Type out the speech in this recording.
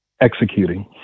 executing